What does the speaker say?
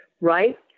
Right